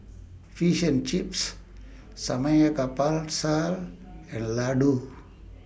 Fish and Chips Samgeyopsal and Ladoo